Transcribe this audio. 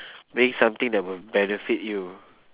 bring something that will benefit you